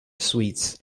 suites